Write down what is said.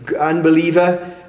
unbeliever